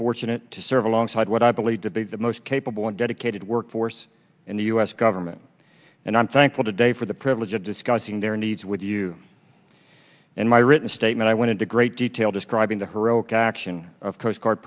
fortunate to serve alongside what i believe to be the most capable and dedicated workforce in the u s government and i'm thankful today for the privilege of discussing their needs with you and my written statement i went into great detail describing the heroic action of co